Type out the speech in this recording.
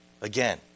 Again